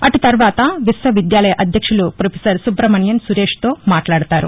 అటు తర్వాత విశ్వ విద్యాలయ అధ్యక్షులు ప్రొఫెసర్ సుబ్రమణియన్ సురేష్తో మాట్లాడతారు